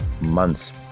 months